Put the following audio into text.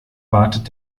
wartet